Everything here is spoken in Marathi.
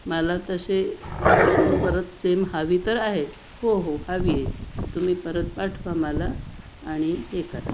मला तसे वस्तू परत सेम हवी तर आहेच हो हो हवी आहे तुम्ही परत पाठवा मला आणि हे करा